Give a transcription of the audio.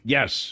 Yes